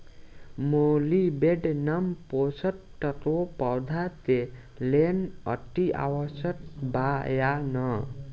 Molybdenum पोषक तत्व पौधा के लेल अतिआवश्यक बा या न?